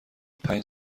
پنج